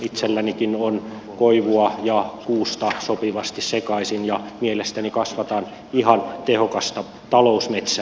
itsellänikin on koivua ja kuusta sopivasti sekaisin ja mielestäni kasvatan ihan tehokasta talousmetsää